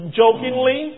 jokingly